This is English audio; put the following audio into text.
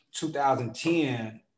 2010